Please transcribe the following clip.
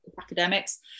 academics